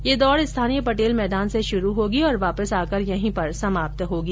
ये दौड़ स्थानीय पटेल मैदान से शुरू होगी और वापस आकर यहीं पर समाप्त होगी